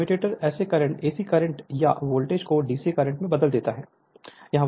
Refer Slide Time 2015 और फिर commutator AC current या वोल्टेज को डीसी करंट में बदल देता है